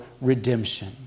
redemption